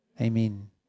Amen